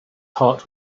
heart